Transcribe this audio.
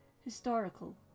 historical